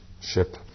ship